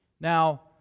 Now